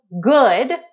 good